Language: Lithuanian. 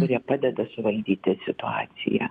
kurie padeda suvaldyti situaciją